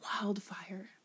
wildfire